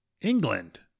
England